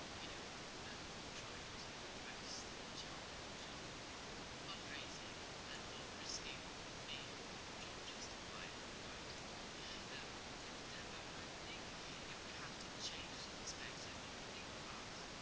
you know um trying to address the challenge of fund-raising and not risking being the job justifier kind of um endeavor. but i think if we have to change the perspective and think about